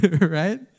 Right